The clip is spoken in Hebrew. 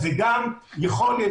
בנוהל שאנחנו לא יודעים מה ייקבע בנוהל.